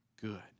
good